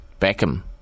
Beckham